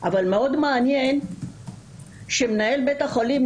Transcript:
אבל מאוד מעניין שמנהל בית החולים,